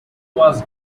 was